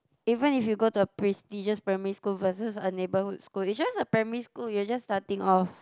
even if you go to a prestigious primary school versus a neighborhood school it's just a primary school you're just starting off